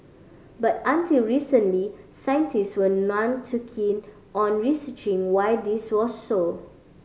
but until recently scientists were none too keen on researching why this was so